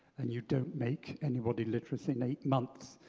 and you don't make anybody literate in eight months.